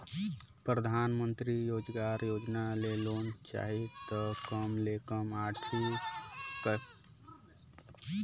परधानमंतरी रोजगार योजना ले लोन चाही त कम ले कम आठवीं कक्छा तक पढ़ल लिखल होएक चाही